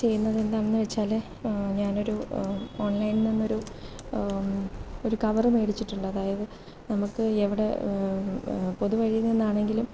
ചെയ്യുന്നത് എന്താണെന്നു വെച്ചാൽ ഞാനൊരു ഓൺലൈനിൽ നിന്ന് ഒരു ഒരു കവർ മേടിച്ചിട്ടുണ്ട് അതായത് നമുക്ക് എവിടെ പൊതു വഴിയിൽ നിന്നാണെങ്കിലും